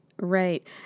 right